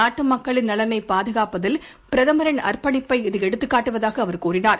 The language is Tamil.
நாட்டு மக்களின் நலனைப் பாதுகாப்பதில் பிரதமரின் அர்ப்பணிப்பை இது எடுத்துக்காட்டுவதாக அவர் கூறினார்